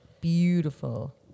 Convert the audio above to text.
Beautiful